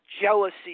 jealousy